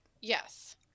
Yes